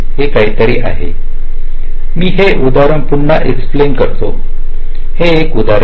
हे काहीतरी आहे मी हे एक् उद्धरण पुन्हा एक्स्प्लेन करते हे एक् उद्धरण घ्या